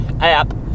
app